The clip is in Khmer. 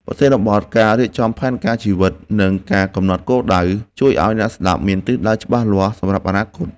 ប្រធានបទ ការរៀបចំផែនការជីវិត និងការកំណត់គោលដៅ ជួយឱ្យអ្នកស្ដាប់មានទិសដៅច្បាស់លាស់សម្រាប់អនាគត។